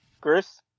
Chris